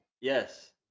Yes